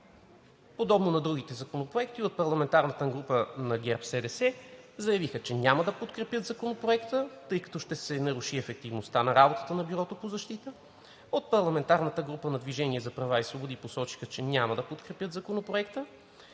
Подобно на другите законопроекти от парламентарната група на ГЕРБ-СДС заявиха, че няма да подкрепят Законопроекта, тъй като ще се наруши ефективността в работата на Бюрото по защита. От парламентарната група на „Движение за права и свободи“ посочиха, че няма да подкрепят Законопроекта